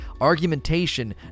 argumentation